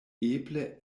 eble